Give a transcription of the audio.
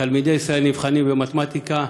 תלמידי ישראל נבחנים במתמטיקה.